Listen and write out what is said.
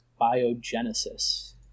biogenesis